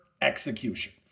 execution